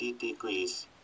degrees